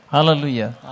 Hallelujah